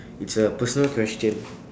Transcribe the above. it's a personal question